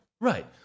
right